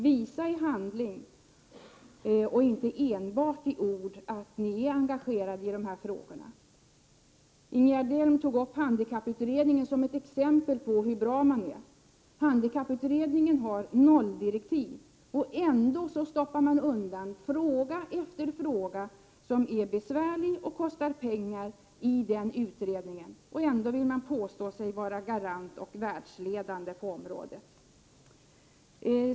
Visa i handling och inte enbart i ord att ni verkligen är engagerade i dessa frågor! Ingegerd Elm sade att handikapputredningen är ett exempel på hur bra socialdemokraterna är. Handikapputredningen har nolldirektiv. Socialdemokraterna stoppar undan, så att säga, i denna utredning fråga efter fråga som är besvärlig och kostar pengar. Ändå vill de påstå sig vara garanter och världsledande på området!